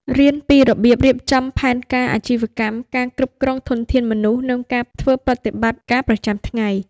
រៀនពីរបៀបរៀបចំផែនការអាជីវកម្ម ការគ្រប់គ្រងធនធានមនុស្ស និងការធ្វើប្រតិបត្តិការប្រចាំថ្ងៃ។